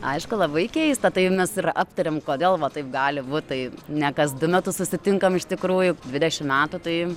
aišku labai keista tai mes ir aptarėm kodėl va taip gali būt tai ne kas du metus susitinkam iš tikrųjų dvidešim metų tai